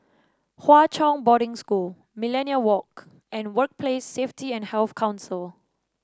Hwa Chong Boarding School Millenia Walk and Workplace Safety and Health Council